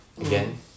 again